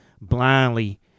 blindly